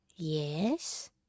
yes